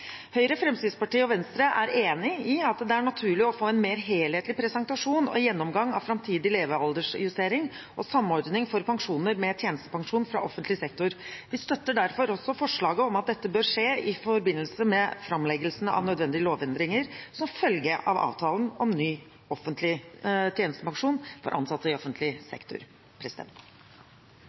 Høyre, Fremskrittspartiet og Venstre er enig i at det er naturlig å få en mer helhetlig presentasjon og gjennomgang av framtidig levealderjustering og samordning for pensjoner med tjenestepensjon fra offentlig sektor. Vi støtter derfor forslaget om at dette bør skje i forbindelse med framleggelsen av nødvendige lovendringer som følge av avtalen om ny offentlig tjenestepensjon for ansatte i offentlig sektor.